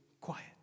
quiet